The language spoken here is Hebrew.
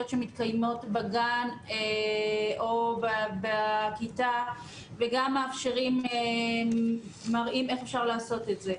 שמתקיימות בגן או בכיתה וגם מראים איך אפשר לעשות את זה.